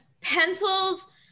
Pencils